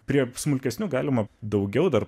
prie smulkesnių galima daugiau dar